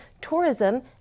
tourism